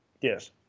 Yes